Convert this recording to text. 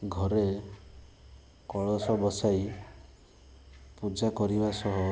ଘରେ କଳସ ବସାଇ ପୂଜା କରିବା ସହ